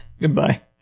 goodbye